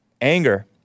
anger